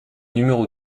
numéro